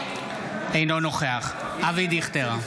אינו נוכח אבי דיכטר,